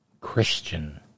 Christian